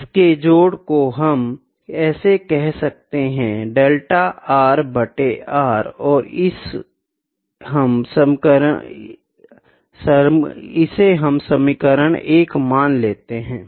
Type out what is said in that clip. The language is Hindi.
इस के जोड़ को हम ऐसे कहा सकते है डेल्टा r बट्टे r और इसे हम समीकरण 1 मान सकते है